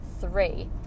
three